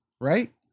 right